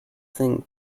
thing